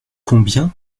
combien